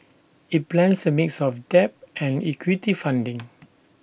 IT plans A mix of debt and equity funding